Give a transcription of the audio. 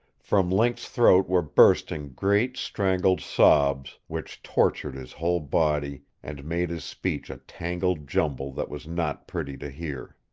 from link's throat were bursting great strangled sobs which tortured his whole body and made his speech a tangled jumble that was not pretty to hear.